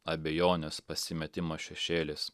abejonės pasimetimo šešėlis